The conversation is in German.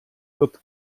wird